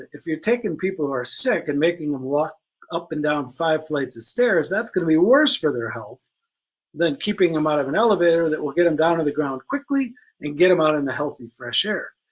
if you're taking people who are sick and making them walk up and down five flights of stairs that's gonna be worse for their health than keeping them out of an elevator that will get them down to the ground quickly and get them out in the healthy fresh air.